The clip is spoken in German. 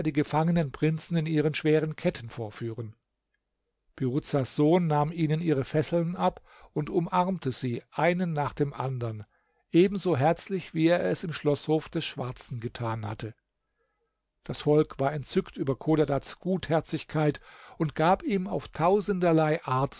gefangenen prinzen in ihren schweren ketten vorführen piruzas sohn nahm ihnen ihre fesseln ab und umarmte sie einen nach dem andern ebenso herzlich wie er es im schloßhof des schwarzen getan hatte das volk war entzückt über chodadads gutherzigkeit und gab ihm auf tausenderlei art